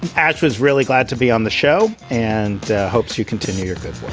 ash was really glad to be on the show and hopes you continue your good